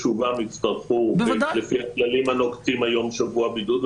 בשובם יצטרכו לפי הכללים הנוקטים היום שבוע בידוד.